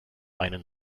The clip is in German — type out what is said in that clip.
einen